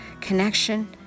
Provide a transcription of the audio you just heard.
connection